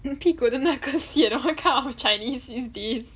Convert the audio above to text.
屁股的那个线 hor what kind of chinese is this